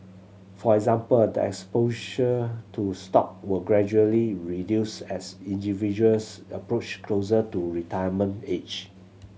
for example a exposure to stock will gradually reduce as individuals approach closer to retirement age